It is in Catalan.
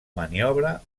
maniobra